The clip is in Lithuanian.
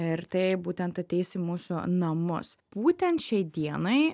ir tai būtent ateis į mūsų namus būtent šiai dienai